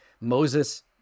moses